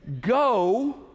go